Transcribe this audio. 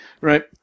Right